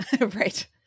right